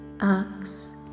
axe